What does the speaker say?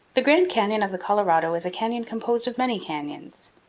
the grand canyon of the colorado is a canyon composed of many canyons.